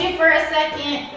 for a second.